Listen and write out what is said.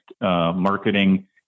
marketing